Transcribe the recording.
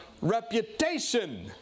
reputation